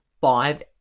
five